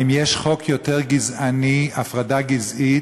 האם יש חוק יותר גזעני, הפרדה גזעית,